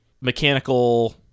mechanical